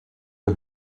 der